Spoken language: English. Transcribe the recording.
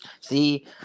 See